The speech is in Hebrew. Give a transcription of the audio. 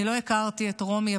אני לא הכרתי את רומי,